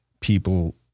people